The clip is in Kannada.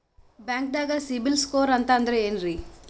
ಬ್ಯಾಂಕ್ದಾಗ ಸಿಬಿಲ್ ಸ್ಕೋರ್ ಅಂತ ಅಂದ್ರೆ ಏನ್ರೀ?